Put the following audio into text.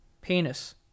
Penis